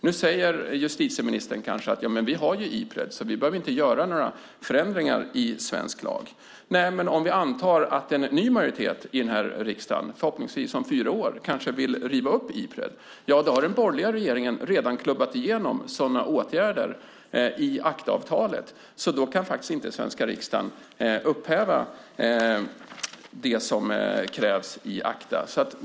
Nu säger justitieministern kanske att vi inte behöver göra några förändringar i svensk lag eftersom vi har Ipred. Men om vi antar att en ny majoritet i riksdagen, förhoppningsvis om fyra år, kommer att vilja riva upp Ipred, kommer den borgerliga regeringen redan att i ACTA-avtalet ha klubbat igenom sådana åtgärder att den svenska riksdagen inte kan upphäva det.